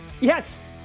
Yes